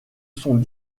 sont